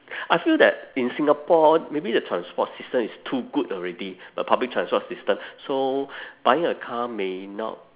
I feel that in singapore maybe the transport system is too good already the public transport system so buying a car may not